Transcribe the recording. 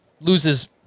loses